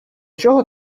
чого